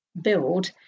build